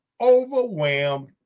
overwhelmed